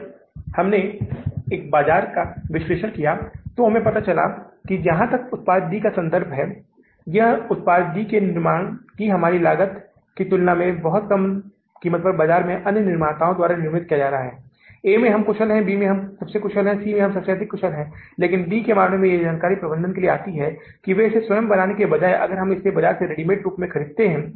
तो हमें इस ब्याज के साथ वापस आना होगा और 10 प्रतिशत की दर से दो महीने की अवधि के लिए कितनी ब्याज दर निकलती है यह राशि ब्याज भुगतान के लिए लगभग पूर्णांक 3530 आती है और हम मूल धन के रूप में कितना भुगतान करने जा रहे हैं 212000 तो यह कुल राशि कितनी आती है क्योंकि ये भुगतान हैं इसलिए हम इसे ब्रैकेट में डाल रहे हैं